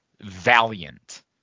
valiant